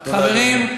חברים,